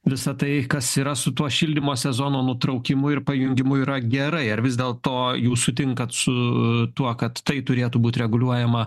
visa tai kas yra su tuo šildymo sezono nutraukimu ir pajungimu yra gerai ar vis dėlto jūs sutinkat su tuo kad tai turėtų būt reguliuojama